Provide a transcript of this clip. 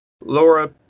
Laura